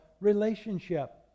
relationship